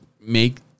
make